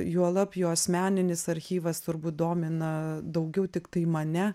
juolab jo asmeninis archyvas turbūt domina daugiau tiktai mane